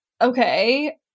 Okay